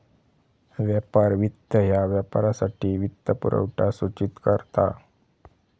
व्यापार वित्त ह्या व्यापारासाठी वित्तपुरवठा सूचित करता